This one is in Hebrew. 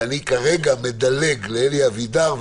ואני כרגע מדלג לאלי אבידר,